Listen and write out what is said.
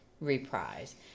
Reprise